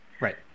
right